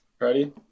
Ready